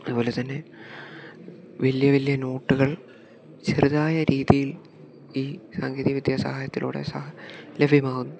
അതുപോലെത്തന്നെ വലിയ വലിയ നോട്ടുകൾ ചെറുതായ രീതിയിൽ ഈ സാങ്കേതികവിദ്യ സഹായത്തിലൂടെ ലഭ്യമാകുന്നു